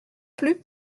plus